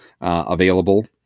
available